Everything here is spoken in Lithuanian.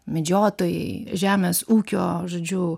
medžiotojai žemės ūkio žodžiu